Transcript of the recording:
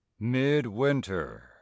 midwinter